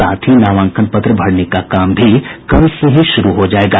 साथ ही नामांकन पत्र भरने का काम भी कल से ही शुरू हो जायेगा